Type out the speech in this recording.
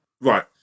Right